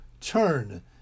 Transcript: turn